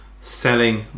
selling